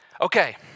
okay